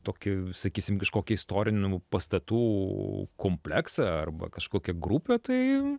tokį sakysim kažkokį istorinių pastatų kompleksą arba kažkokią grupę tai